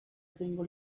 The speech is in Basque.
egingo